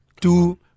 Two